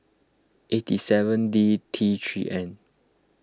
eighty seven D T three N